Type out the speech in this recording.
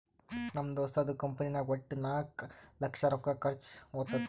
ನಮ್ ದೋಸ್ತದು ಕಂಪನಿನಾಗ್ ವಟ್ಟ ನಾಕ್ ಲಕ್ಷ ರೊಕ್ಕಾ ಖರ್ಚಾ ಹೊತ್ತುದ್